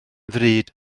ddrud